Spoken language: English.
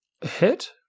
hit